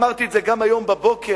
אמרתי את זה גם היום בבוקר,